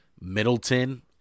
Middleton